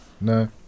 No